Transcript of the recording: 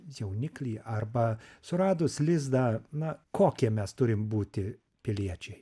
jauniklį arba suradus lizdą na kokie mes turim būti piliečiai